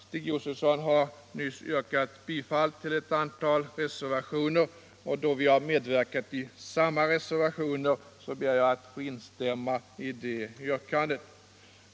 Stig Josefson har nyss yrkat bifall till ett antal reservationer, och då jag har medverkat i samma reservationer, ber jag att få instämma i det yrkandet.